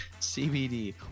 CBD